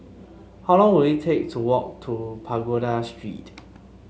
how long will it take to walk to Pagoda Street